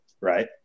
Right